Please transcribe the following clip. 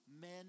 men